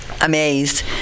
amazed